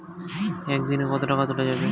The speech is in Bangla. একদিন এ কতো টাকা তুলা যাবে?